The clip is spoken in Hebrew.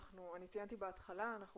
אני ציינתי בהתחלה, אנחנו